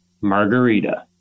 margarita